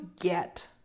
get